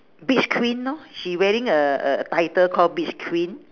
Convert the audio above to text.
beach queen lor she wearing a a a title call beach queen